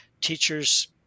teachers